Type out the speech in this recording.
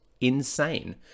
insane